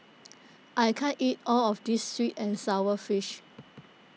I can't eat all of this Sweet and Sour Fish